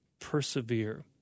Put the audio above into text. Persevere